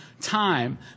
time